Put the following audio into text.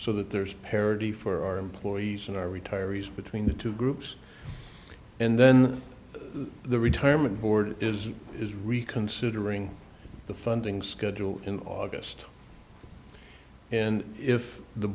so that there's parity for our employees and our retirees between the two groups and then the retirement board is is reconsidering the funding schedule in august and if the